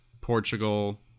Portugal